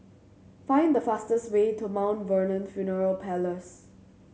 find the fastest way to Mount Vernon Funeral Parlours